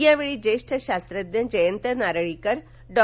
या वेळी ज्येष्ठ शास्त्रज्ञ जयंत नारळीकर डॉ